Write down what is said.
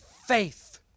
faith